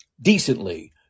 decently